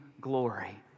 glory